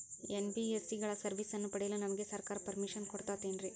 NBSC ಗಳ ಸರ್ವಿಸನ್ನ ಪಡಿಯಲು ನಮಗೆ ಸರ್ಕಾರ ಪರ್ಮಿಷನ್ ಕೊಡ್ತಾತೇನ್ರೀ?